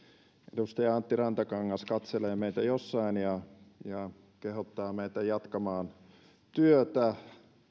edustaja antti rantakangas katselee meitä jossain ja ja kehottaa meitä jatkamaan työtä